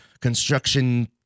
construction